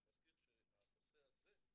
אני מזכיר שהנושא הזה,